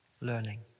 learning